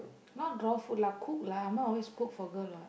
not raw food lah cook lah amma always cook for girl what